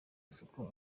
isoko